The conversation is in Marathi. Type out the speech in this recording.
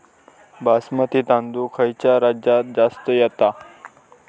बासमती तांदूळ खयच्या राज्यात जास्त येता?